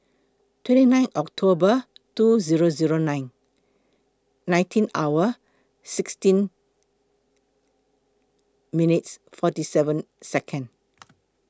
twenty nine October two Zero Zero nine nineteen hour sixteen minutes forty seven Second